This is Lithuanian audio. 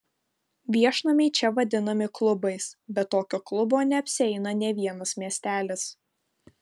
viešnamiai čia vadinami klubais be tokio klubo neapsieina nė vienas miestelis